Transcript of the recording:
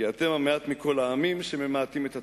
"כי אתם המעט מכל העמים" "שממעטים את עצמכם."